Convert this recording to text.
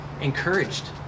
encouraged